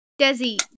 Desi